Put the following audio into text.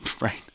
Right